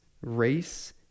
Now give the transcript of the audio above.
race